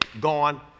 gone